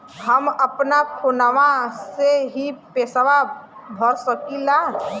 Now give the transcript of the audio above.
हम अपना फोनवा से ही पेसवा भर सकी ला?